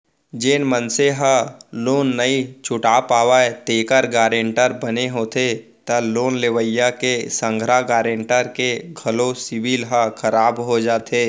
जेन मनसे ह लोन नइ छूट पावय तेखर गारेंटर बने होथे त लोन लेवइया के संघरा गारेंटर के घलो सिविल ह खराब हो जाथे